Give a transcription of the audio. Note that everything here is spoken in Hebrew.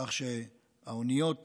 כך שהאוניות